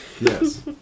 Yes